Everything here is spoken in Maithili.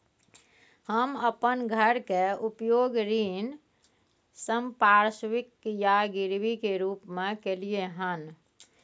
हम अपन घर के उपयोग ऋण संपार्श्विक या गिरवी के रूप में कलियै हन